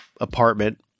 apartment